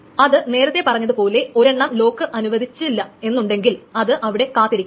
ഞാൻ നേരത്തെ പറഞ്ഞതു പോലെ ഒരെണ്ണം ലോക്ക് അനുവദിച്ചില്ല എന്നുണ്ടെങ്കിൽ അത് അവിടെ കാത്തിരിക്കും